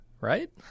right